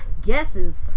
guesses